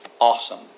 Awesome